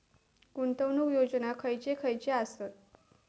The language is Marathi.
गुंतवणूक योजना खयचे खयचे आसत?